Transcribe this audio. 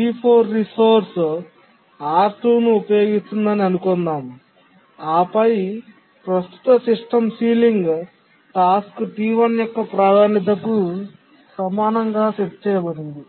T4 resource R2 ను ఉపయోగిస్తుందని అనుకుందాం ఆపై ప్రస్తుత సిస్టమ్ సీలింగ్ టాస్క్ T1 యొక్క ప్రాధాన్యతకు సమానంగా సెట్ చేయబడుతుంది